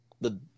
the-